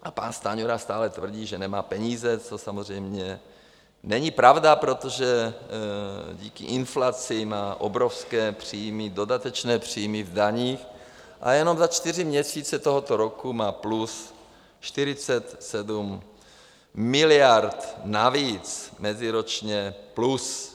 A pan Stanjura stále tvrdí, že nemá peníze, to samozřejmě není pravda, protože díky inflaci má obrovské příjmy, dodatečné příjmy z daní a jenom za čtyři měsíce tohoto roku má plus 47 miliard navíc meziročně plus.